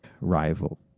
rival